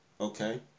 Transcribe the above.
Okay